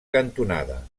cantonada